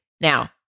now